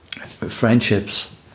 friendships